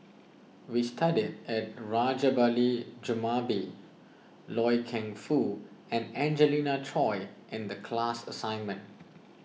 we studied at Rajabali Jumabhoy Loy Keng Foo and Angelina Choy in the class assignment